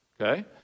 Okay